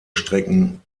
strecken